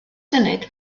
funud